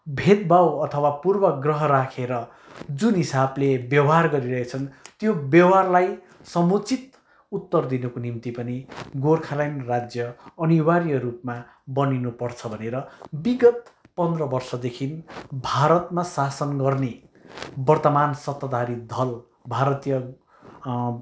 भेदभाव अथवा पुर्वाग्रह राखेर जुन हिसाबले व्यवहार गरिरहे छन् त्यो व्यवहारलाई समुचित उत्तर दिनुको निम्ति पनि गोर्खाल्यान्ड राज्य अनिवार्य रूपमा बनिनुपर्छ भनेर विगत पन्ध्र वर्षदेखि भारतमा शासन गर्ने वर्तमान सत्ताधारी दल भारतीय